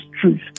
truth